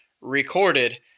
Recorded